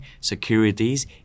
securities